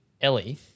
Ellie